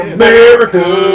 America